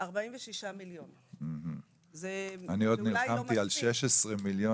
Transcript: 46,000,000. אני עוד נלחמתי על 16,000,000,